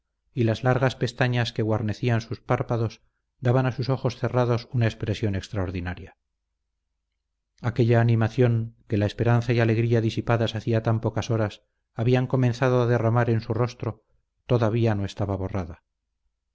y las largas pestañas que guarnecían sus párpados daban a sus ojos cerrados una expresión extraordinaria aquella animación que la esperanza y alegría disipadas hacía tan pocas horas habían comenzado a derramar en su rostro todavía no estaba borrada